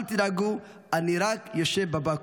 אל תדאגו, אני רק יושב בבקו"ם.